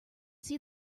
see